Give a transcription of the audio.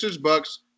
Bucks